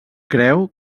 creu